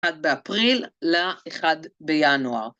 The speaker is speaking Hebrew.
אחד באפריל לאחד בינואר.